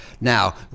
Now